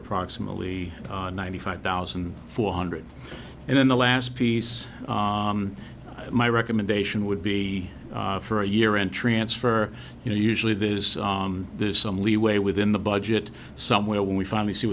approximately ninety five thousand four hundred and then the last piece my recommendation would be for a year and transfer you know usually there is this some leeway within the budget somewhere when we finally see